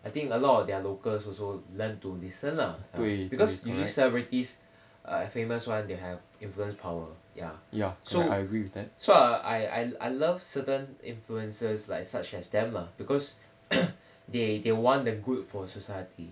I think a lot of their locals also learn to listen lah because usually celebrities err famous [one] they have influence power ya ya so I I I love certain influencers like such as them lah because they they want the good for society